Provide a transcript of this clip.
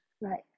Right